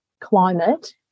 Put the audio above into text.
climate